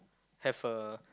have a